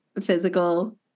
physical